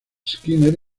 skinner